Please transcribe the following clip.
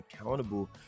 accountable